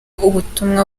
ubutumwa